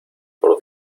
por